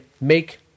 make